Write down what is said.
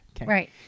Right